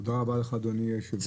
תודה רבה לך אדוני היושב ראש.